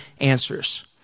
answers